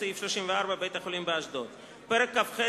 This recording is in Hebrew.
סעיף 34 (בית-חולים באשדוד); פרק כ"ח,